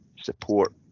support